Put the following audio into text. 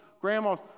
grandmas